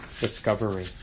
discovery